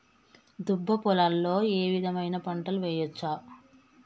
దుబ్బ పొలాల్లో ఏ విధమైన పంటలు వేయచ్చా?